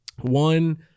One